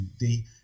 they-